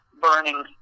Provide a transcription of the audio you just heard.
burning